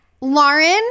Lauren